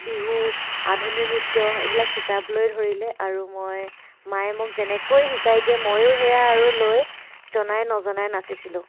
বিহু আধুনিক নৃত্য এইবিলাক শিকাবলৈ ধৰিলে আৰু মই মায়ে মোক যেনেকৈ শিকাই দিয়ে ময়ো সেয়া আৰু লৈ জনাই নজনাই নাচিছিলোঁ